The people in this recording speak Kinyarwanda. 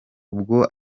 ubwo